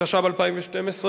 התשע"ב 2012,